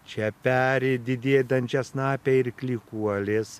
čia peri didieji dančiasnapiai ir klykuolės